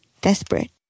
desperate